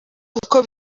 kuko